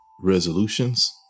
resolutions